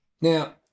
Now